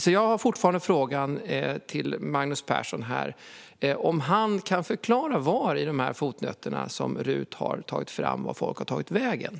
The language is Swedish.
Jag ställer fortfarande frågan till Magnus Persson: Var någonstans i fotnoterna som RUT har tagit fram står det vart folk har tagit vägen?